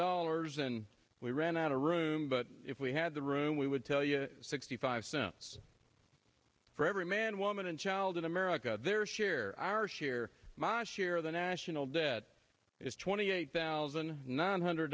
dollars and we ran out of room but if we had the room we would tell you sixty five cents for every man woman and child in america their share our share my share of the national debt is twenty eight thousand nine hundred